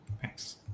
Thanks